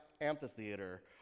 amphitheater